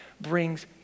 brings